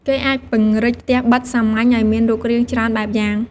គេអាចពង្រីកផ្ទះប៉ិតសាមញ្ញឱ្យមានរូបរាងច្រើនបែបយ៉ាង។